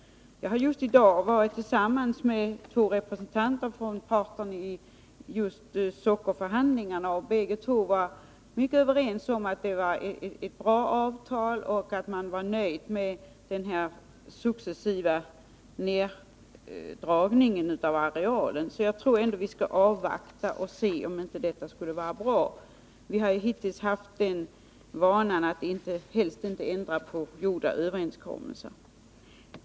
Jag har just i dag varit tillsammans med två representanter för parterna i sockerförhandlingarna, och bägge var helt överens om att det var ett bra avtal som träffats och man var nöjd med den successiva neddragningen av arealen. Jag tror alltså att vi skall avvakta och se hur det slår ut. Vi har hittills haft den vanan att helst inte ändra på gjorda överenskommelser.